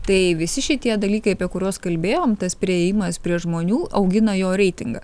tai visi šitie dalykai apie kuriuos kalbėjom tas priėjimas prie žmonių augina jo reitingą